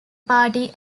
party